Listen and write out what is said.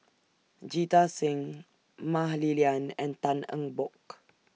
Jita Singh Mah Li Lian and Tan Eng Bock